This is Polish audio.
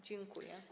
Dziękuję.